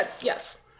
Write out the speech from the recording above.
Yes